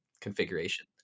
configuration